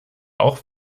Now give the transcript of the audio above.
auch